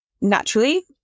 naturally